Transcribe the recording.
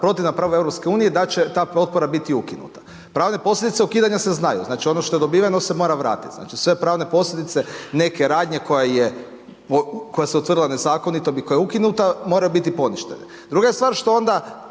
protivna pravu EU da će ta potpora biti ukinuta. Pravne posljedice ukidanja se znaju. Znači, ono što je dobiveno se mora vratiti. Znači, sve pravne posljedice neke radnje koja se utvrdila nezakonitom i koja je ukinuta moraju biti poništene. Druga je stvar što onda